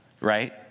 right